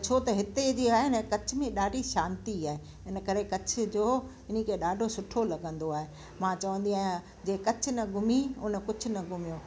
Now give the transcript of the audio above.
छो त हिते जी आहे न कच्छ में ॾाढी शांती आहे हिन करे कच्छ जो हिनखे ॾाढो सुठो लगंदो आहे मां चवंदी आहियां जंहिं कच्छ न घुमी उन कुझु न घुमियो